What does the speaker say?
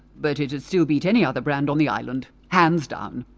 but it'd still beat any other brand on the island, hands down.